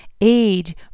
age